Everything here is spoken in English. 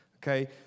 Okay